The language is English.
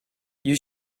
you